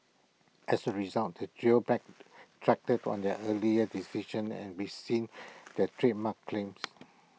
as A result the trio backtracked on their earlier decision and rescinded their trademark claims